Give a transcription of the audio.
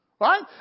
Right